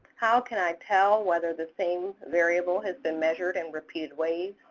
how can i tell whether the same variable has been measured in repeated waves?